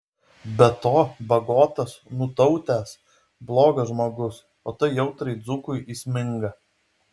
be to bagotas nutautęs blogas žmogus o tai jautriai dzūkui įsminga